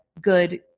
good